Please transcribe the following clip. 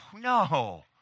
no